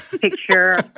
picture